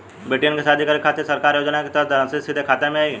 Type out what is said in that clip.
बेटियन के शादी करे के खातिर सरकारी योजना के तहत धनराशि सीधे खाता मे आई?